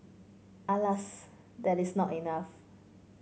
alas that is not enough